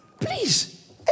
Please